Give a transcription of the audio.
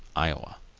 iowa.